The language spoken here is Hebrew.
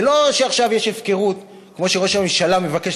זה לא שעכשיו יש הפקרות כמו שראש הממשלה מבקש